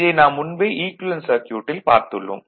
இதை நாம் முன்பே ஈக்குவேலன்ட் சர்க்யூட்டில் பார்த்துள்ளோம்